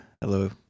hello